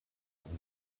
would